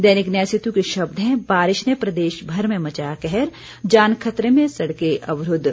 दैनिक न्याय सेतु के शब्द हैं बारिश ने प्रदेश भर में मचाया कहर जान खतरे में सड़कें अवरुद्ध